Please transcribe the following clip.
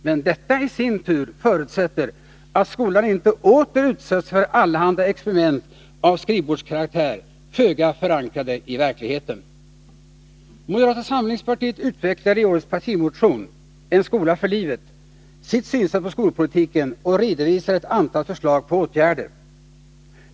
Men detta i sin tur förutsätter att skolan inte åter utsätts för allehanda experiment av skrivbordskaraktär, föga förankrade i verkligheten. Moderata samlingspartiet utvecklar i årets partimotion — En skola för livet — sitt sätt att se på skolpolitiken och redovisar ett antal förslag till åtgärder.